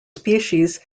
species